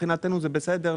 מבחינתנו זה בסדר,